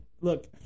look